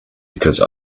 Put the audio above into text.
because